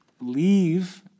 leave